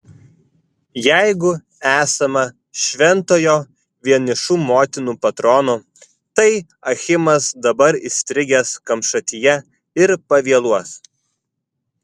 jeigu esama šventojo vienišų motinų patrono tai achimas dabar įstrigęs kamšatyje ir pavėluos